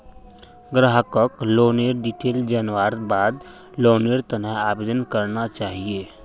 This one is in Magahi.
ग्राहकक लोनेर डिटेल जनवार बाद लोनेर त न आवेदन करना चाहिए